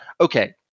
okay